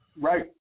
Right